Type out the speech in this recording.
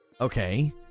Okay